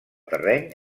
terreny